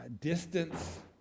distance